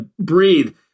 breathe